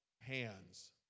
hands